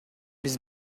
биз